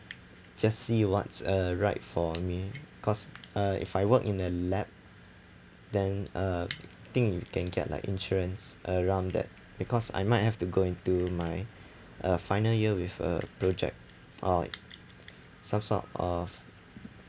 just see what's uh right for me cause uh if I work in the lab then uh I think you can get like insurance around that because I might have to go into my uh final year with a project or some sort of